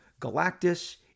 Galactus